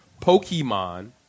Pokemon